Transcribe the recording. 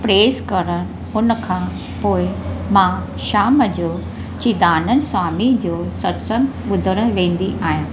press करण हुनखां पोइ मां शाम जो चित्तानंद स्वामी जो सत्संगु बुधण वेंदी आहियां